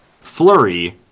Flurry